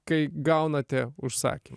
kai gaunate užsakymų